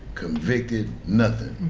convicted, nothing.